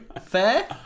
fair